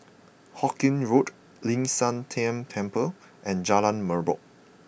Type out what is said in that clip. Hawkinge Road Ling San Teng Temple and Jalan Merbok